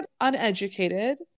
uneducated